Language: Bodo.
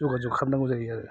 जगाजग खामनांगौ जायो आरो